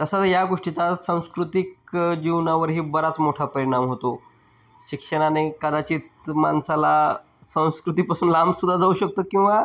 तसाच या गोष्टीचा सांस्कृतिक जीवनावरही बराच मोठा परिणाम होतो शिक्षणाने कदाचित माणसाला संस्कृतीपासून लांबसुद्धा जाऊ शकतो किंवा